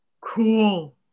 Cool